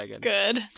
good